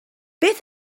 beth